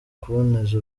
kuboneza